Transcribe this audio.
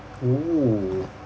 oo